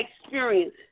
experience